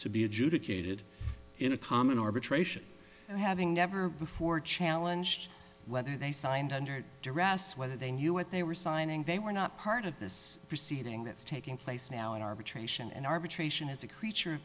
to be adjudicated in a common arbitration having never before challenge to whether they signed under duress whether they knew what they were signing they were not part of this proceeding that's taking place now in arbitration and arbitration is a creature